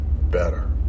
better